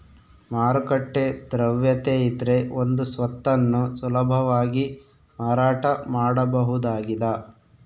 ಮಾರುಕಟ್ಟೆ ದ್ರವ್ಯತೆಯಿದ್ರೆ ಒಂದು ಸ್ವತ್ತನ್ನು ಸುಲಭವಾಗಿ ಮಾರಾಟ ಮಾಡಬಹುದಾಗಿದ